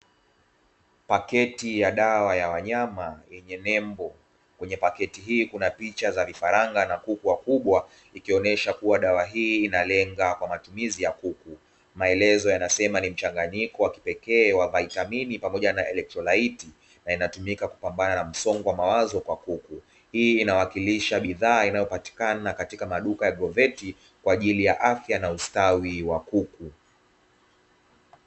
Pakeji ya dawa ya wanyama yenye nembo kwenye paketi hii kuna picha za vifaranga na kuku wakubwa ikionyesha kuwa dawa hii inalenga kwa matumizi ya kuku. Maelezo yanasema ni mchanganyiko wa kipekee wa vitamini pamoja na elektrolaiti na inatumika kupambana na msongo wa mawazo kwa kuku. Hii inawakilisha bidhaa inayopatikana katika maduka ya proveti kwa ajili ya afya na ustawi wa kuku.